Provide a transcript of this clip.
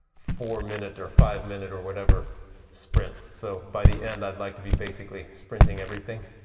four minute or five minute or whatever sprint! so by the end i'd like to be basically sprinting everything.